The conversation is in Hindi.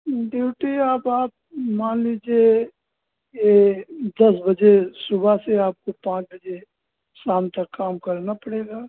ड्यूटी आप आप मान लीजिए ये दस बजे से सुबह से आपको पाँच बजे शाम तक करना पड़ेगा